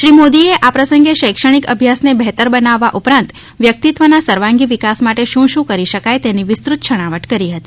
શ્રીમોદી એ આ પ્રસંગે શૈક્ષણિક અભ્યાસને બહેતર બનાવવા ઉપરાંત વ્યક્તિત્વ ના સર્વાંગી વિકાસ માટે શું શું કરી શકાય તેની વિસ્તૃત છણાવટ કરી હતી